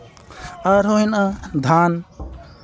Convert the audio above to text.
ᱟᱨᱦᱚᱸ ᱦᱮᱱᱟᱜᱼᱟ ᱫᱷᱟᱱ